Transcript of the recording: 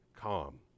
calm